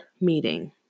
meeting